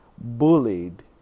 bullied